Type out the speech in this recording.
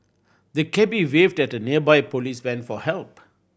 the cabby waved at a nearby police van for help